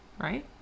right